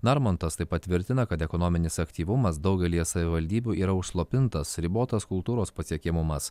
narmontas taip pat tvirtina kad ekonominis aktyvumas daugelyje savivaldybių yra užslopintas ribotas kultūros pasiekiamumas